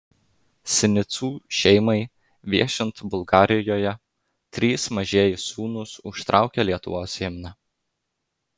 sinicų šeimai viešint bulgarijoje trys mažieji sūnūs užtraukė lietuvos himną